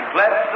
Bless